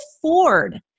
afford